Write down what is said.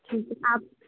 ٹھیک ہے آپ